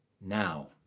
Now